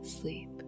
sleep